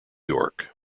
york